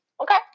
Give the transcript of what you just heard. Okay